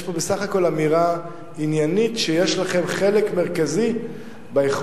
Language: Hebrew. יש פה בסך הכול אמירה עניינית שיש לכם חלק מרכזי ביכולת